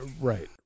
Right